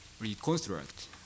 reconstruct